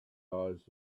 eyes